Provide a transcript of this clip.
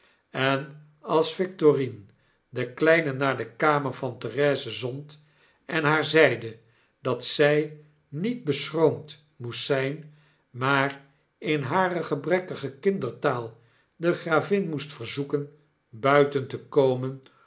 en als victorine de kleine naar de kamer van therese zond en haar zeide dat zij niet beschroomd moest zyn maar in hare gebrekkige kindertaal de gravin moest verzoelen buiten te komen